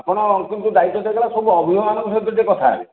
ଆପଣ କିନ୍ତୁ ଦାୟିତ୍ଵ ଦିଆଗଲା ସବୁ ଅଭିଭାବକମାନଙ୍କ ସହିତ ଟିକେ କଥା ହେବେ